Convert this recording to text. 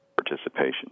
participation